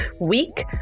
week